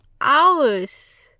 hours